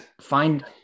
find